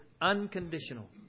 unconditional